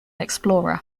explorer